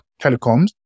telecoms